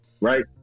right